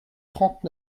trente